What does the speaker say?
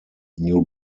new